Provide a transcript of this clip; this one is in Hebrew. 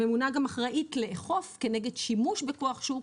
הממונה גם אחראית לאכוף כנגד שימוש בכוח שוק,